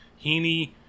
Heaney